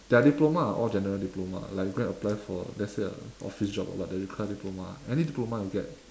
their diploma are all general diploma like you go and apply for let's say a office job or what that require diploma any diploma will get